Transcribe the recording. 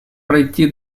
пройти